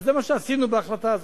וזה מה שעשינו בהחלטה הזאת.